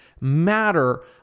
matter